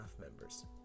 members